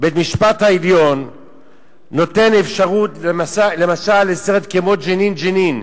בית-המשפט העליון נותן אפשרות למשל לסרט כמו "ג'נין ג'נין",